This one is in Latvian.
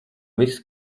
viss